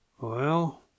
Well